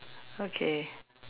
okay